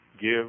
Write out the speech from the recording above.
give